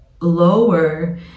lower